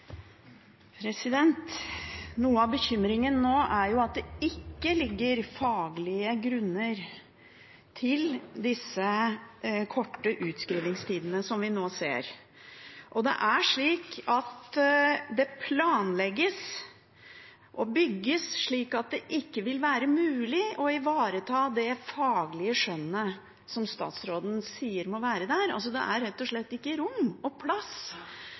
Noe av bekymringen er at det ikke foreligger faglige grunner for disse korte utskrivningstidene som vi nå ser. Det planlegges og bygges slik at det ikke vil være mulig å ivareta det faglige skjønnet som statsråden sier må være der. Det er rett og slett ikke rom og plass.